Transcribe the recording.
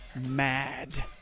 mad